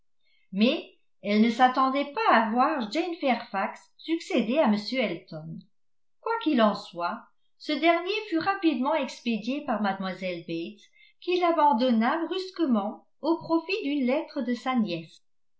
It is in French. mais elle ne s'attendait pas à voir jane fairfax succéder à m elton quoi qu'il en soit ce dernier fut rapidement expédié par mlle bates qui l'abandonna brusquement au profit d'une lettre de sa nièce